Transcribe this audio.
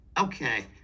Okay